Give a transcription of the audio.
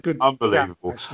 unbelievable